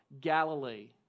Galilee